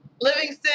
Livingston